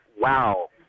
wow